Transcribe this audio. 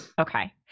okay